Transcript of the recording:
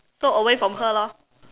so away from her lor